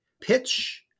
pitch